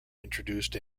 introduced